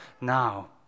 now